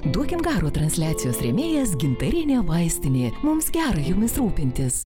duokim garo transliacijos rėmėjas gintarinė vaistinė mums gerai jumis rūpintis